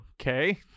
okay